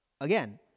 again